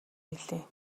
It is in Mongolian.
билээ